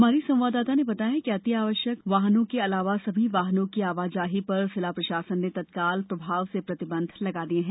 हमारी संवाददाता ने बताया है कि अतिआवश्यक वाहनों के अलावा सभी वाहनों की आवाजाही पर जिला प्रशासन ने तत्काल प्रभाव से प्रतिबंध लगा दिए हैं